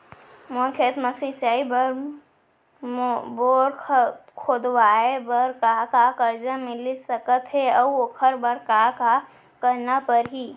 मोर खेत म सिंचाई बर बोर खोदवाये बर का का करजा मिलिस सकत हे अऊ ओखर बर का का करना परही?